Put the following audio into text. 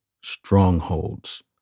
strongholds